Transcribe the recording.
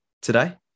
today